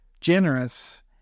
generous